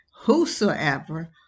whosoever